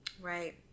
Right